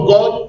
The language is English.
God